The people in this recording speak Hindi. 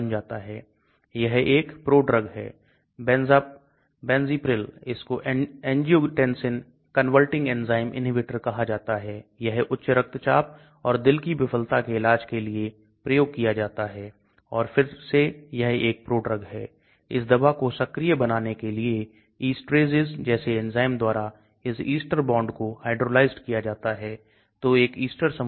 तो जितना ज्यादा यह अनाकार होगा यह उतना ही विलायक में पहले से घुलनशील घुलनशील होने जा रहा है इसलिए यदि यह एक तरल रूप में है और विलायक की भौतिक स्थिति है तो सॉल्वेंट्स के प्रकार कभी कभी वे सॉल्वेंट को बेहतर बनाने के लिए सहयोगी सॉल्वेंट भी जोड़ते हैं विशेष रूप से IV निर्माण में लवण ions प्रोटीन lipids सर्फेक्टेंट